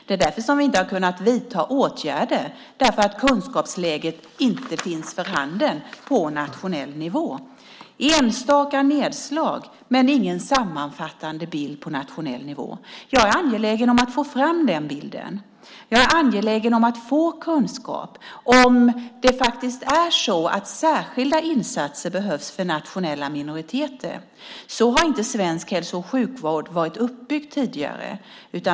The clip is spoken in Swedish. Det är därför som vi inte har kunnat vidta åtgärder eftersom kunskapsläget inte har funnits för handen på nationell nivå. Det har funnits enstaka nedslag men ingen sammanfattande bild på nationell nivå. Jag är angelägen om att få fram den bilden. Jag är angelägen om att få kunskap om det faktiskt är så att särskilda insatser behövs för nationella minoriteter. Så har inte svensk hälso och sjukvård varit uppbyggd tidigare.